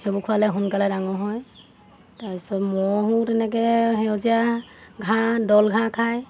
সেইবোৰ খোৱালে সোনকালে ডাঙৰ হয় তাৰপিছত মহো তেনেকৈ সেউজীয়া ঘাঁহ দল ঘাঁহ খায়